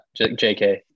JK